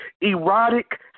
Erotic